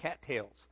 cattails